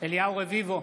אליהו רביבו,